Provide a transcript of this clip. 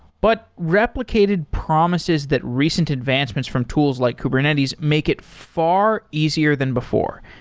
but replicated promises that recent advancements from tools like kubernetes make it far easier than before,